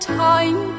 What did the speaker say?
time